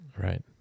Right